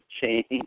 change